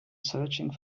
searching